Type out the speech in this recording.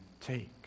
take